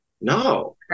No